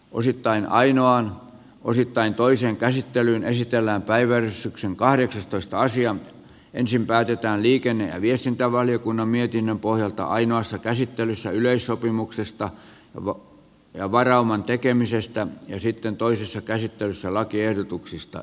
osittain ainoan osittain toiseen käsittelyyn esitellään päiväys on kahdeksitoista asian ensin päätetään liikenne ja viestintävaliokunnan mietinnön pohjalta ainoassa käsittelyssä yleissopimuksesta ja varauman tekemisestä ja sitten toisessa käsittelyssä lakiehdotuksista